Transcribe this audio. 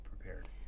prepared